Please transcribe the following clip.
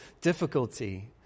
difficulty